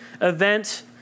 event